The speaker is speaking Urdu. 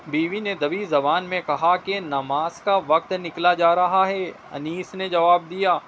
بیوی نے دبی زبان میں کہا کہ نماز کا وقت نکلا جا رہا ہے انیس نے جواب دیا